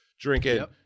drinking